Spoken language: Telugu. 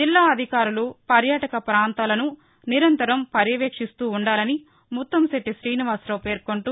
జిల్లా అధికారులు పర్యాటక ప్రాంతాలను నిరంతరం పర్యవేక్షిస్తూ ఉండాలని ముత్తంశెట్టి శీనివాసరావు పేర్కొంటూ